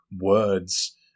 words